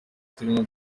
turimo